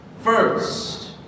first